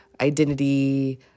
identity